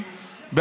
היא צודקת,